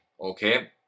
okay